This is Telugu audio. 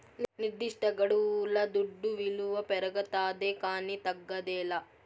నిర్దిష్టగడువుల దుడ్డు విలువ పెరగతాదే కానీ తగ్గదేలా